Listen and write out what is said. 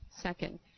Second